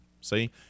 See